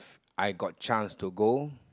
I got chance to go